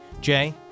Jay